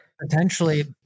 potentially